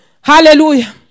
Hallelujah